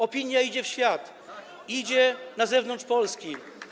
Opinia idzie w świat, idzie na zewnątrz Polski.